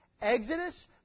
Exodus